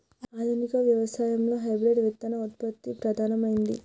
ఆధునిక వ్యవసాయం లో హైబ్రిడ్ విత్తన ఉత్పత్తి ప్రధానమైంది